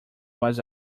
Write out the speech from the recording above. was